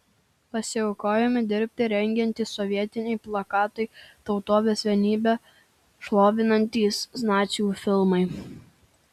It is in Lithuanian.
pasiaukojamai dirbti raginantys sovietiniai plakatai tautos vienybę šlovinantys nacių filmai